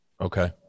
okay